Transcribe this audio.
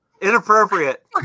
Inappropriate